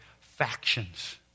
factions